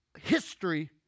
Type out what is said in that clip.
history